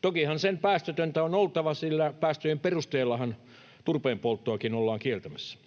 Tokihan sen päästötöntä on oltava, sillä päästöjen perusteellahan turpeenpolttoakin ollaan kieltämässä.